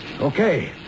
Okay